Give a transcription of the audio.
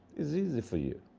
it's easy for you.